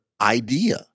idea